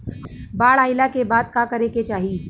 बाढ़ आइला के बाद का करे के चाही?